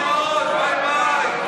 סדרת הצבעות אי-אמון לפנינו.